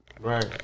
Right